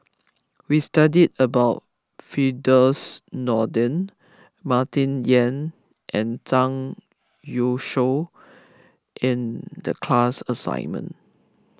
we studied about Firdaus Nordin Martin Yan and Zhang Youshuo in the class assignment